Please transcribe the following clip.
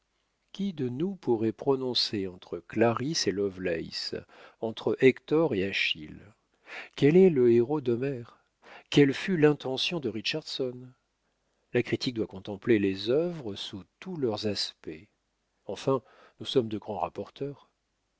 qui de nous pourrait prononcer entre clarisse et lovelace entre hector et achille quel est le héros d'homère quelle fut l'intention de richardson la critique doit contempler les œuvres sous tous leurs aspects enfin nous sommes de grands rapporteurs